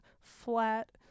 flat